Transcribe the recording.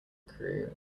crew